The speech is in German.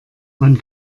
man